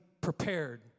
prepared